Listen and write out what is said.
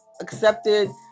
accepted